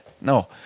No